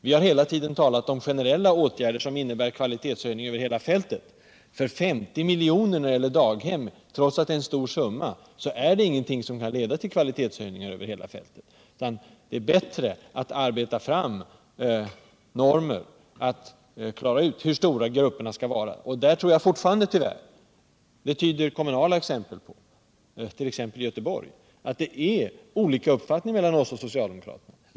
Vi har hela tiden talat om allmänna åtgärder som innebär kvalitetshöjningar över hela fältet. Man får inte mycket för 50 miljoner när det gäller daghem. Trots att det är en stor summa, är det ingenting som kan leda till kvalitetshöjningar över hela fältet. Det är bättre att arbeta fram normer för att klara ut hur stora grupperna skall vara. Jag tror fortfarande — det tyder kommunala exempel på, t.ex. i Göteborg — att där finns olika uppfattningar mellan oss och socialdemokraterna.